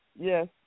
yes